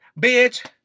bitch